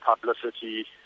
publicity